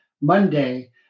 Monday